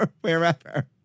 wherever